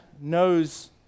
knows